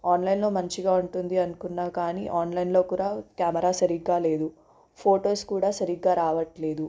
ఆన్లైన్లో మంచిగా ఉంటుంది అనుకున్నా కానీ ఆన్లైన్లో కూడా కెమెరా సరిగా లేదు ఫొటోస్ కూడా సరిగా రావట్లేదు